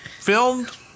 filmed